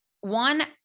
One